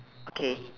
okay